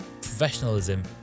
professionalism